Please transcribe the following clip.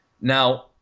Now